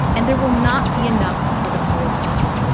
and there will not be enough for the poor farmer.